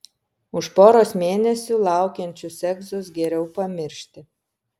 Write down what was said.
už poros mėnesių laukiančius egzus geriau pamiršti